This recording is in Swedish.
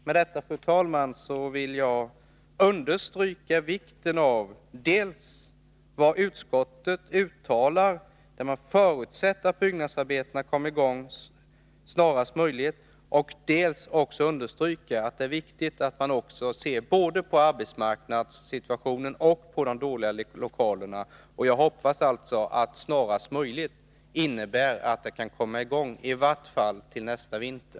Med detta, fru talman, vill jag dels understryka vikten av vad utskottet uttalar — att man förutsätter att byggnadsarbetet kommer i gång snarast 83 möjligt — dels understryka att det är viktigt att se på både arbetmarknadssituationen och de dåliga lokalerna. Jag hoppas alltså att ”snarast möjligt” innebär att byggnadsarbetena kan komma i gång i vart fall till nästa vinter.